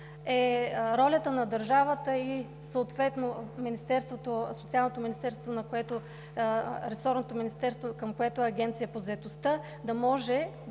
е ролята на държавата и съответното ресорно министерство, към което е Агенцията по заетостта, да може да